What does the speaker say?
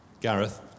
Gareth